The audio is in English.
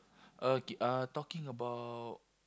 okay uh talking about